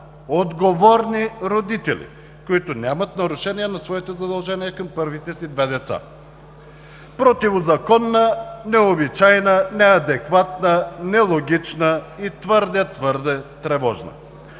отговорни родители, които нямат нарушения на своите задължения към първите си две деца. (Шум и реплики.) Противозаконна, необичайна, неадекватна, нелогична и твърде, твърде тревожна.